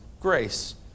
grace